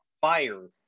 fire